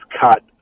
cut